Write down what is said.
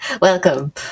Welcome